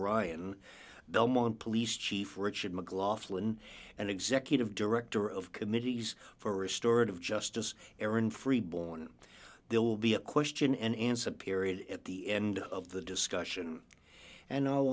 ryan belmont police chief richard mcglothlin and executive director of committees for restorative justice aaron free born there will be a question and answer period at the end of the discussion and